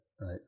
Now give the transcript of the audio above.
Right